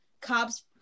cops